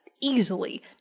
easily